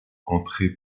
entrés